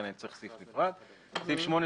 סעיף 8,